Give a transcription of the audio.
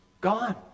gone